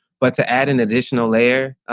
but to add an additional layer,